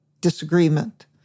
disagreement